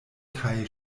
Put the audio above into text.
kaj